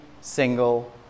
single